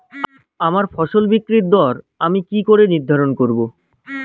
আমার ফসল বিক্রির দর আমি কি করে নির্ধারন করব?